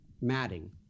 matting